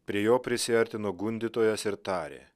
prie jo prisiartino gundytojas ir tarė